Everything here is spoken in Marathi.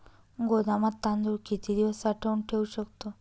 गोदामात तांदूळ किती दिवस साठवून ठेवू शकतो?